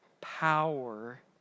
power